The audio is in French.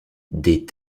des